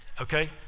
Okay